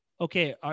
Okay